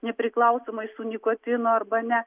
nepriklausomai su nikotino arba ne